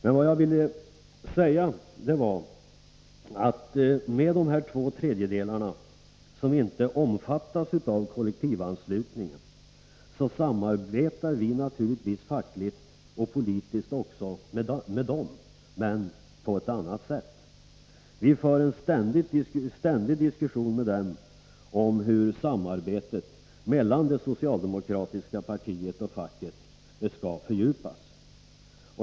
Men vad jag ville säga i anslutning till den undersökningen var att vi naturligtvis samarbetar, fackligt och politiskt, också med de två tredjedelar som inte omfattas av kollektivanslutningen men på ett annat sätt. Vi för en ständig diskussion med dem om hur samarbetet mellan det socialdemokratiska partiet och facket skall fördjupas.